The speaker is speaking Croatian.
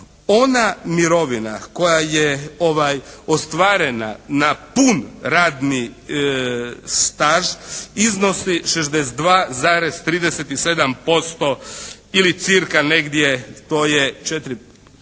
Ona mirovina koja je ostvarena na pun radni staž iznosi 62,37% ili cca negdje to